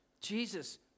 jesus